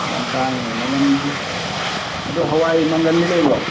ꯌꯥꯝ ꯇꯥꯡꯉꯤꯅꯦ ꯃꯃꯜꯁꯤ ꯑꯗꯨ ꯍꯋꯥꯏ ꯃꯪꯒꯜꯗꯤ ꯂꯩꯕ꯭ꯔꯣ